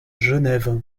genève